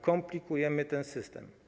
Komplikujemy ten system.